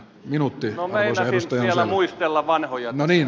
no meinasin vielä muistella vanhoja tässä